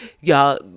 y'all